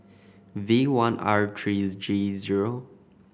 V one R three G zero